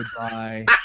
goodbye